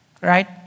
Right